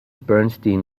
bernstein